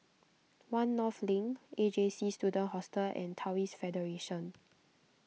one North Link A J C Student Hostel and Taoist Federation